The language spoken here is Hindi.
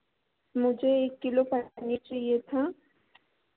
मुझे एक किलो पनीर चाहिए था